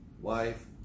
wife